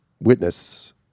witness